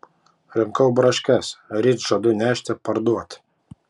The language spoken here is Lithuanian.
rinkau braškes ryt žadu nešti parduoti